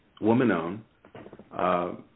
woman-owned